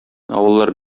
авыллар